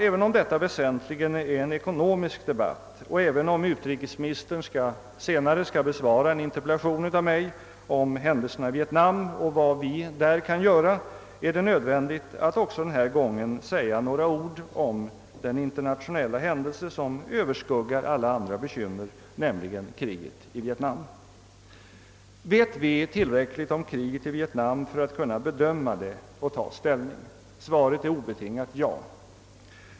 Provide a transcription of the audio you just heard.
Även om detta väsentligen är en ekonomisk debatt och även om utrikesministern senare skall besvara en interpellation av mig om händelserna i Vietnam och om vad vi kan göra är det nödvändigt att också denna gång säga några ord om den internationella händelse som överskuggar alla andra bekymmer. Vet vi tillräckligt om kriget i Vietnam för att kunna bedöma det och ta ställning? Svaret är obetingat ja.